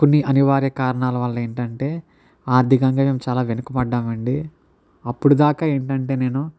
కొన్ని అనివార్య కారణాల వల్ల ఏంటంటే ఆర్థికంగా మేము చాలా వెనుకపడ్డామండి అప్పుడు దాకా ఏంటంటే నేను